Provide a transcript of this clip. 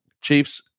chiefs